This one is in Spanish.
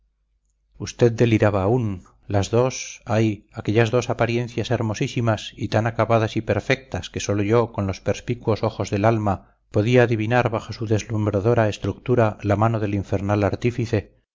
usted deliraba aún las dos ay aquellas dos apariencias hermosísimas y tan acabadas y perfectas que sólo yo con los perspicuos ojos del alma podía adivinar bajo su deslumbradora estructura la mano del infernal artífice